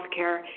healthcare